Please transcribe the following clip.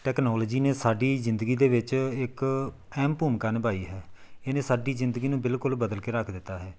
technology ਨੇ ਸਾਡੀ ਜ਼ਿੰਦਗੀ ਦੇ ਵਿੱਚ ਇੱਕ ਅਹਿਮ ਭੂਮਿਕਾ ਨਿਭਾਈ ਹੈ ਇਹਨੇ ਸਾਡੀ ਜ਼ਿੰਦਗੀ ਨੂੰ ਬਿਲਕੁਲ ਬਦਲ ਕੇ ਰੱਖ ਦਿੱਤਾ ਹੈ